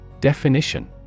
Definition